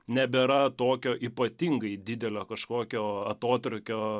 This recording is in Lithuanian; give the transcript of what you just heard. nebėra tokio ypatingai didelio kažkokio atotrūkio